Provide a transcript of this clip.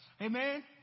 Amen